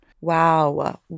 Wow